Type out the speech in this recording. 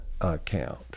account